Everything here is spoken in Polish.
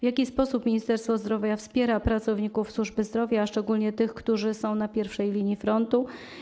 W jaki sposób Ministerstwo Zdrowia wspiera pracowników służby zdrowia, a szczególnie tych, którzy są na pierwszej linii frontu?